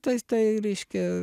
tais tai reiškia